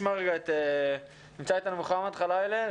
נמצא איתנו מוחמד חלאילה,